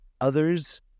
others